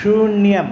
शून्यम्